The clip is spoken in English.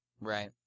Right